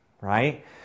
right